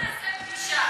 בוא נעשה פגישה.